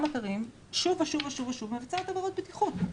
אתרים שוב ושוב ושוב מבצעת עבירות בטיחות.